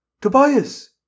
Tobias